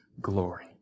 glory